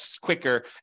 quicker